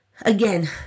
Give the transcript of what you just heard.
again